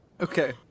Okay